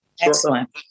Excellent